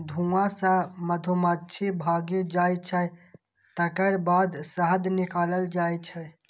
धुआं सं मधुमाछी भागि जाइ छै, तकर बाद शहद निकालल जाइ छै